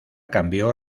cambió